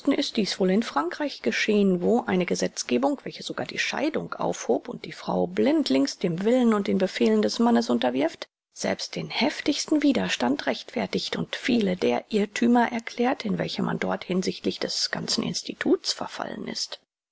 ist dies wohl in frankreich geschehen wo eine gesetzgebung welche sogar die scheidung aufhob und die frau blindlings dem willen und den befehlen des mannes unterwirft selbst den heftigsten widerstand rechtfertigt und viele der irrthümer erklärt in welche man dort hinsichtlich des ganzen instituts verfallen ist